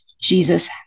Jesus